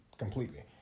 Completely